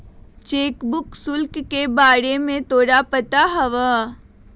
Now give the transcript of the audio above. Cheque book शुल्क के बारे में तोरा पता हवा?